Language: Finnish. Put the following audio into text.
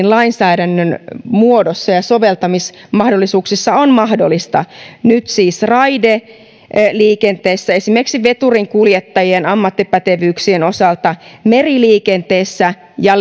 lainsäädännön muodossa ja soveltamismahdollisuuksissa on mahdollista nyt siis raideliikenteessä esimerkiksi veturinkuljettajien ammattipätevyyksien osalta meriliikenteessä ja